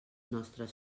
nostres